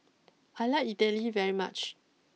I like Idili very much